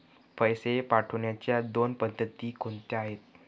पैसे पाठवण्याच्या दोन पद्धती कोणत्या आहेत?